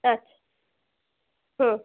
আচ্ছা হুম